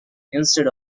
instead